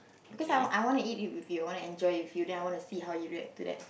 because I want I want to eat it with you I want to enjoy with you then I want to see how you react to that